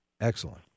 Excellent